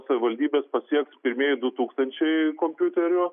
savivaldybes pasieks pirmieji du tūkstančiai kompiuterių